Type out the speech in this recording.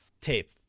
tape